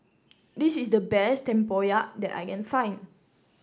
this is the best Tempoyak that I can find